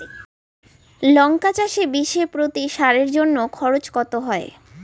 লঙ্কা চাষে বিষে প্রতি সারের জন্য খরচ কত হয়?